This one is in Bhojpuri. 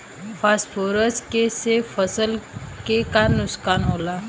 फास्फोरस के से फसल के का नुकसान होला?